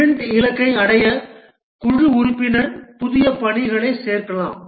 sprint இலக்கை அடைய குழு உறுப்பினர் புதிய பணிகளைச் சேர்க்கலாம்